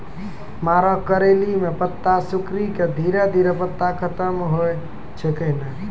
मरो करैली म पत्ता सिकुड़ी के धीरे धीरे पत्ता खत्म होय छै कैनै?